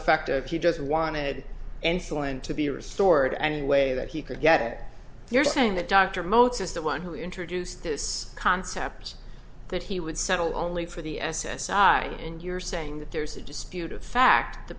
effective he just wanted enslin to be restored any way that he could get there saying the doctor moats is the one who introduced this concept that he would settle only for the s s i and you're saying that there's a disputed fact the